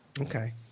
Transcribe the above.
Okay